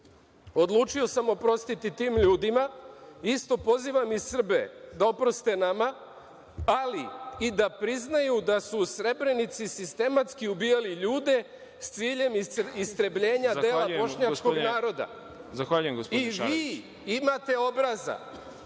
Odlučio sam oprostiti tim ljudima, isto pozivam i Srbe da oproste nama, ali i da priznaju da su u Srebrenici sistematski ubijali ljude sa ciljem istrebljenja dela bošnjačkog naroda. **Đorđe